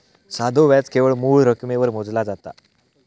साधो व्याज केवळ मूळ रकमेवर मोजला जाता